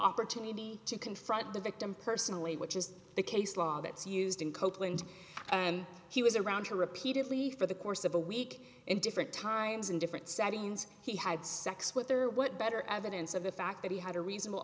opportunity to confront the victim personally which is the case law that's used in copeland he was around her repeatedly for the course of a week in different times in different settings he had sex with her what better evidence of the fact that he had a reasonable